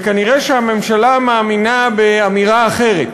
וכנראה הממשלה מאמינה באמירה אחרת: